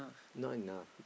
not enough